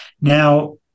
Now